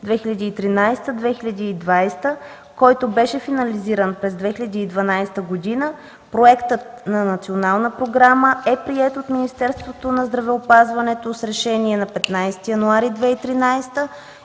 (2013-2020), който беше финализиран през 2012 г. Проектът на национална програма е приет от Министерството на здравеопазването с Решение на 15 януари 2013